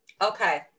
Okay